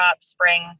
spring